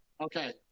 Okay